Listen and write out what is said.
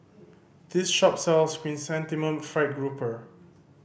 this shop sells Chrysanthemum Fried Grouper